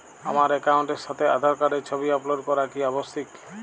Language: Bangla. আমার অ্যাকাউন্টের সাথে আধার কার্ডের ছবি আপলোড করা কি আবশ্যিক?